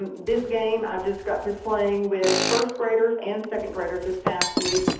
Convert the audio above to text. um this game, i just got through playing with first graders and second graders this past week,